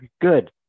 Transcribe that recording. good